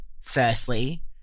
firstly